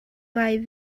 ngai